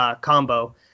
combo